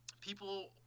people